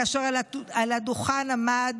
כאשר על הדוכן עמד